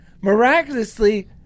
miraculously